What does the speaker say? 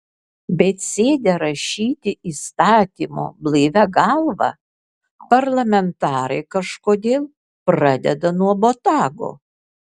bet sėdę rašyti įstatymo blaivia galva parlamentarai kažkodėl pradeda nuo botago